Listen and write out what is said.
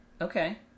okay